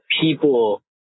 people